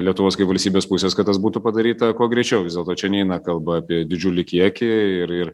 lietuvos kaip valstybės pusės kad tas būtų padaryta kuo greičiau vis dėlto čia neina kalba apie didžiulį kiekį ir ir